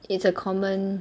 it's a common